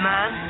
Man